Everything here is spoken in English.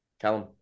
Callum